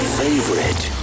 favorite